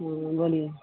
हूँ बोलिए